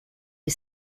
you